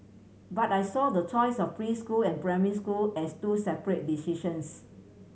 but I saw the choice of preschool and primary school as two separate decisions